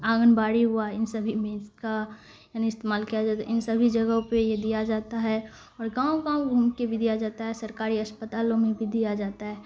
آنگن باڑی ہوا ان سبھی میز کا یعنی استعمال کیا جاتا ہے ان سبھی جگہوں پہ یہ دیا جاتا ہے اور گاؤں گاؤں گھوم کے بھی دیا جاتا ہے سرکاری اسپتالوں میں بھی دیا جاتا ہے